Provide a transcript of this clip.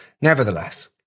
Nevertheless